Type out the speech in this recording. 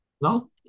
No